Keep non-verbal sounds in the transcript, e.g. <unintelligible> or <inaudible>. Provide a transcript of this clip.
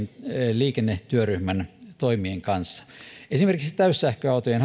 liikennetyöryhmän toimien kanssa esimerkiksi täyssähköautojen <unintelligible>